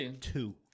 two